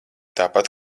tāpat